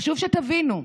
חשוב שתבינו.